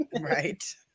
Right